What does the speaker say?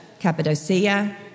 Cappadocia